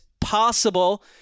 possible